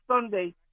Sunday